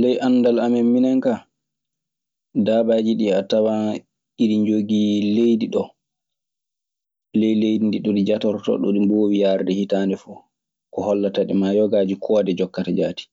Ley anndal amin minen kaa daabaaji ɗii a tawan iɗi njogii leydi ɗoo. Ley leydi to ɗi njatortoo ɗo ɗi mboowi yaade hitaande fuu ko hollata ɗi, maa yogaaji koode jokkata jaati